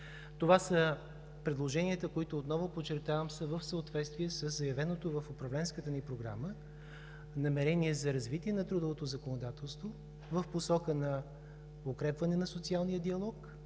Това са предложенията, отново подчертавам, които са в съответствие със заявеното в управленската ни програма намерение за развитие на трудовото законодателство в посока на укрепване на социалния диалог,